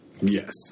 Yes